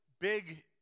big